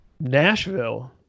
Nashville